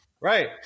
Right